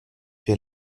più